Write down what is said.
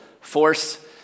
force